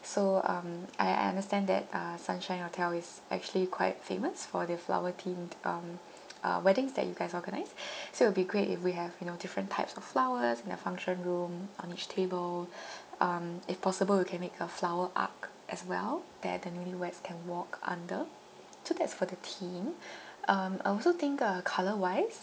so um I I understand that uh sunshine hotel is actually quite famous for their flower themed um uh weddings that you guys organise so it'll be great if we have you know different types of flowers in the function room on each table um if possible you can make a flower arch as well that the newlyweds can walk under so that's for the theme um I also think uh colour wise